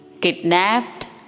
Kidnapped